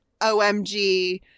OMG